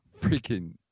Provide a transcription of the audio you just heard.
freaking